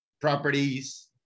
Properties